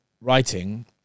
writing